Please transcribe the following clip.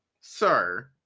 Sir